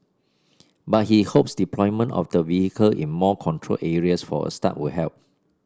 but he hopes deployment of the vehicle in more controlled areas for a start will help